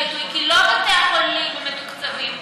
ביטוי: כי לא בתי החולים הם המתוקצבים,